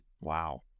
Wow